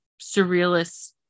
surrealist